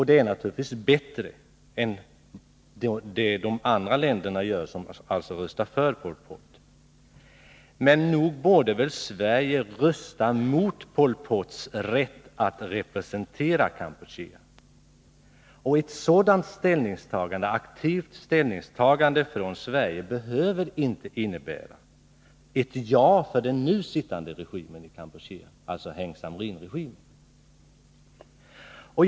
Det är naturligtvis bättre än det andra länder gör som alltså röstar för Pol Pot. Men nog borde väl Sverige rösta mot Pol Pots rätt att representera Kampuchea. Ett sådant aktivt ställningstagande från Sverige behöver inte innebära ett jatill den nuvarande regimen i Kampuchea, alltså Heng Samrin-regimen.